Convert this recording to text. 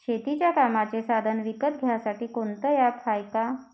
शेतीच्या कामाचे साधनं विकत घ्यासाठी कोनतं ॲप हाये का?